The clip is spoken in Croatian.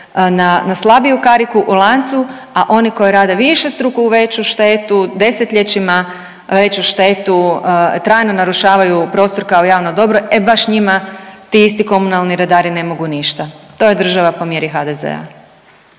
na slabiju kariku u lancu, a oni koji rade višestruku i veću štetu desetljećima veću štetu, trajno narušavaju prostor kao javno dobro e baš njima ti isti komunalni redari ne mogu ništa. To je država po mjeri HDZ-a.